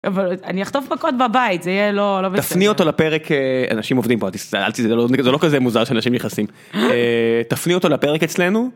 אבל אני אחטוף מכות בבית זה יהיה לא.. תפני אותו לפרק אנשים עובדים פה זה לא כזה מוזר שאנשים נכנסים תפני אותו לפרק אצלנו.